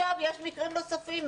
יש מקרים נוספים.